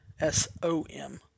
S-O-M